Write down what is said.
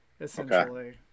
essentially